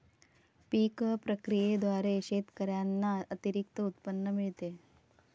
पीक प्रक्रियेद्वारे शेतकऱ्यांना अतिरिक्त उत्पन्न मिळते